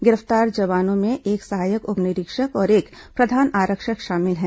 गिरफ्तार जवानों में एक सहायक उप निरीक्षक और एक प्रधान आरक्षक शामिल हैं